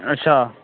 अच्छा